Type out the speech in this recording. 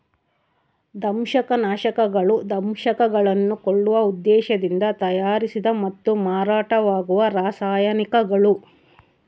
ದಂಶಕನಾಶಕಗಳು ದಂಶಕಗಳನ್ನು ಕೊಲ್ಲುವ ಉದ್ದೇಶದಿಂದ ತಯಾರಿಸಿದ ಮತ್ತು ಮಾರಾಟವಾಗುವ ರಾಸಾಯನಿಕಗಳು